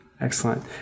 Excellent